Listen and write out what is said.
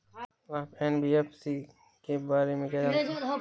आप एन.बी.एफ.सी के बारे में क्या जानते हैं?